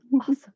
awesome